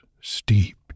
steeped